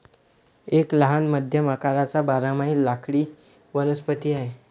एक लहान मध्यम आकाराचा बारमाही लाकडी वनस्पती आहे